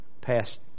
past